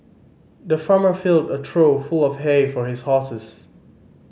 the farmer filled a trough full of hay for his horses